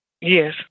Yes